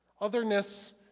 Otherness